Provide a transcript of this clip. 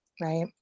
right